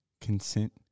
consent